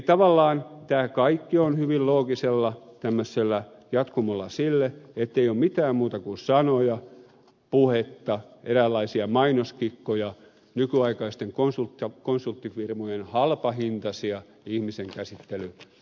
tavallaan tämä kaikki on hyvin loogista jatkumoa sille ettei ole mitään muuta kuin sanoja puhetta eräänlaisia mainoskikkoja nykyaikaisten konsulttifirmojen halpahintaisia ihmisenkäsittelyjuttuja